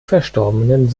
verstorbenen